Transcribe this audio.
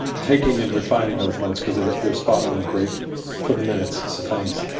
taking and refining those notes, because they're, they're spot on and great for the minutes. so thanks.